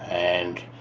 and,